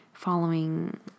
following